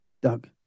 Doug